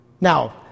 Now